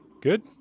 Good